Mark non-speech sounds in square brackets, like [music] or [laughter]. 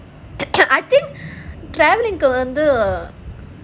[coughs] I think traveling வந்து:vandhu